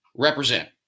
represent